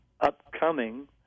upcoming